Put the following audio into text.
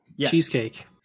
cheesecake